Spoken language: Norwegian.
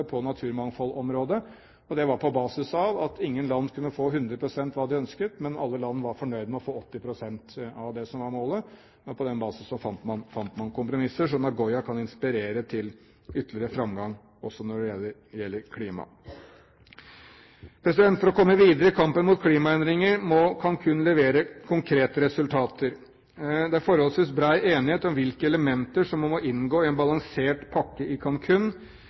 på naturmangfoldområdet, og det var på basis av at ingen land kunne få 100 pst. hva de ønsket, men alle land var fornøyd med å få 80 pst. av det som var målet. På den basisen fant man kompromisser. Så Nagoya kan inspirere til ytterligere framgang også når det gjelder klima. For å komme videre i kampen mot klimaendringer må Cancún levere konkrete resultater. Det er forholdsvis bred enighet om hvilke elementer som må inngå i en balansert pakke i